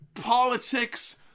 politics